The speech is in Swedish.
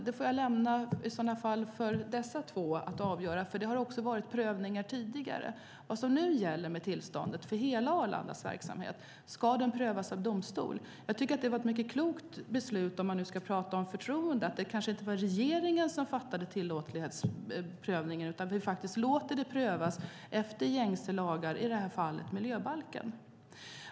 Det får jag i sådana fall lämna till dessa två att avgöra, för det har också varit prövningar tidigare. När det nu gäller tillståndet för hela Arlandas verksamhet ska det prövas av domstol. Jag tycker att det var ett mycket klokt beslut, om man nu ska prata om förtroende, att det inte var regeringen som gjorde tillåtlighetsprövningen utan att vi faktiskt låter det prövas enligt gängse lagar, i det här fallet miljöbalken.